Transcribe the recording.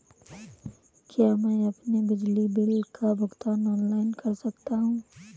क्या मैं अपने बिजली बिल का भुगतान ऑनलाइन कर सकता हूँ?